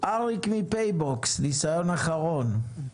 אריק מ"פייבוקס" בזום, ניסיון אחרון.